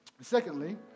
Secondly